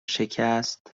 شکست